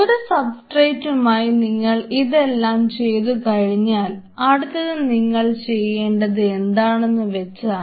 ഒരു സബ്സ്ട്രേറ്റുമായി നിങ്ങൾ ഇതെല്ലാം ചെയ്തു കഴിഞ്ഞാൽ അടുത്തത് നിങ്ങൾ ചെയ്യേണ്ടത് എന്താണെന്നുവെച്ചാൽ